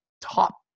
top